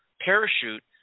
parachute